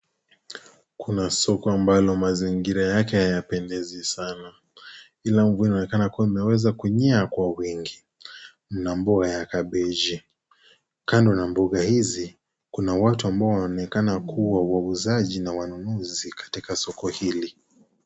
Kuna soko ambalo mazingira yake hayapendezi sana ila mvua inaonekana kuwa imeweza kunyea kwa wingi . Mna mboga ya kabeji . Kando na mboga hizi kuna watu ambao wanaonekana kuwa wauzaji na wanunuzi katika soko hili.